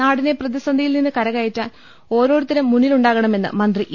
നാടിനെ പ്രതിസന്ധിയിൽനിന്ന് കരകയറ്റാൻ ഓരോരു ത്തരും മുന്നിലുണ്ടാകണമെന്ന് മന്ത്രി ഇ